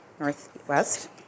northwest